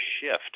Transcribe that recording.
shift